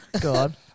God